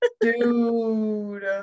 dude